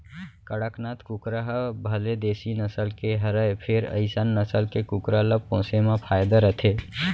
कड़कनाथ कुकरा ह भले देसी नसल के हरय फेर अइसन नसल के कुकरा ल पोसे म फायदा रथे